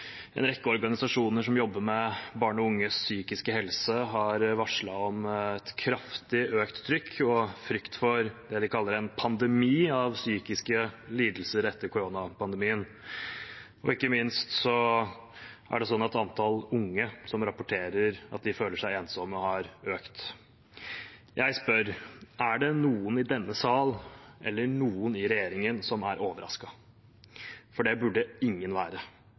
En rekke organisasjoner som jobber med barn og unges psykiske helse, har varslet om et kraftig økt trykk og frykt for det de kaller en pandemi av psykiske lidelser etter koronapandemien. Ikke minst er det sånn at antall unge som rapporterer at de føler seg ensomme, har økt. Jeg spør: Er det noen i denne sal eller noen i regjeringen som er overrasket? For det burde ingen være